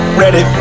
ready